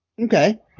Okay